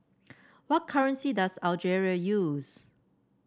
what currency does Algeria use